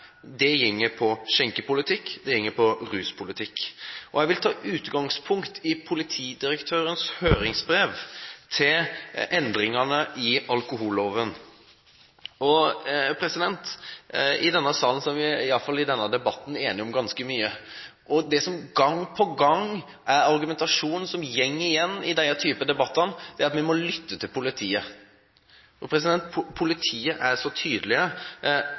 vil ta utgangspunkt i politidirektørens høringsbrev til endringene i alkoholloven. I denne salen – i hvert fall i denne debatten – er vi enige om ganske mye, og det som gang på gang er argumentasjonen som går igjen i denne type debatter, er at vi må lytte til politiet.